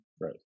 Right